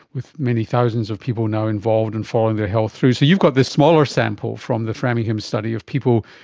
with many thousands of people now involved and following their health through. so you've got this smaller sample from the framingham study of people,